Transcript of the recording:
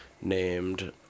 named